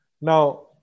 Now